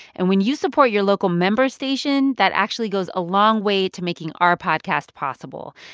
and when you support your local member station, that actually goes a long way to making our podcast possible.